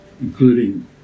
including